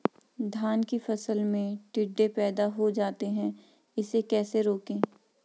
धान की फसल में टिड्डे पैदा हो जाते हैं इसे कैसे रोकें?